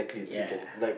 ya